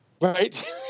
right